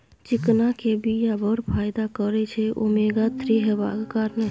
चिकना केर बीया बड़ फाइदा करय छै ओमेगा थ्री हेबाक कारणेँ